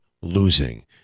losing